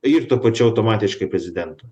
ir tuo pačiu automatiškai prezidento